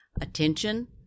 attention